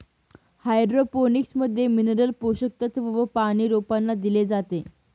hydroponics मध्ये mineral पोषक तत्व व पानी रोपांना दिले जाते